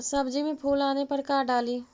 सब्जी मे फूल आने पर का डाली?